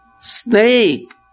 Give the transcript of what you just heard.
snake